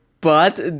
but-